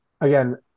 again